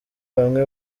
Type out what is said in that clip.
bamwe